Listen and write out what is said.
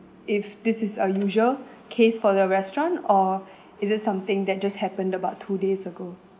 if this is a usual case for the restaurant or is it something that just happened about two days ago